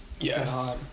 Yes